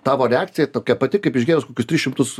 tavo reakcija tokia pati kaip išgėrus kokius tris šimtus